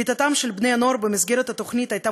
קליטתם של בני-הנוער במסגרת התוכנית הייתה